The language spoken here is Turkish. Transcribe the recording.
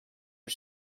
bir